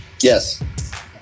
Yes